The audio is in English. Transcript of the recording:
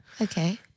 okay